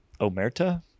Omerta